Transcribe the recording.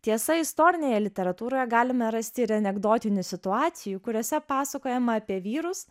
tiesa istorinėje literatūroje galime rasti ir anekdotinių situacijų kuriose pasakojama apie vyrus